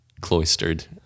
cloistered